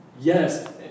yes